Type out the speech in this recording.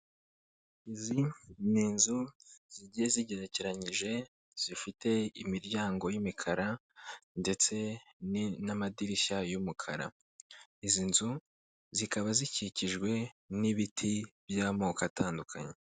Izi ni inzu zigiye zigerekeranyije zifite imiryango y'imikara ndetse n'amadirishya y'umukara. Izi nzu zikaba zikikijwe n'ibiti by'amoko atandukanye.